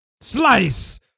Slice